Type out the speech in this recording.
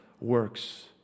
works